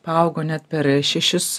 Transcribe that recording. paaugo net per šešis